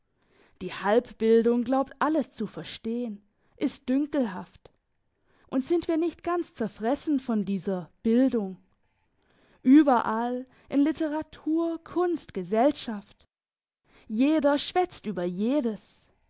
die halbbildung glaubt alles zu verstehen ist dünkelhaft und sind wir nicht ganz zerfressen von dieser bildung überall in literatur kunst gesellschaft jeder schwätzt über jedes